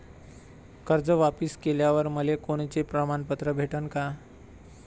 कर्ज वापिस केल्यावर मले कोनचे प्रमाणपत्र भेटन का?